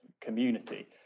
community